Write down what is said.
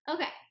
Okay